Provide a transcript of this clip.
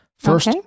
First